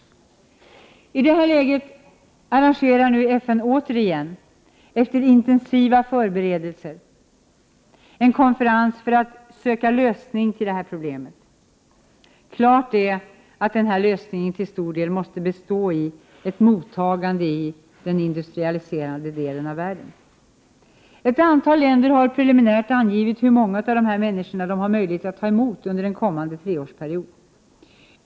I detta läger arrangerar FN återigen, efter intensiva förberedelser, en konferens för att söka lösning på detta problem. Klart är att denna lösning till stor del måste bestå i ett mottagande i den industrialiserade delen av världen. Ett antal länder har preliminärt angivit hur många av dessa människor som de har möjlighet att ta emot under en kommande treårsperiod.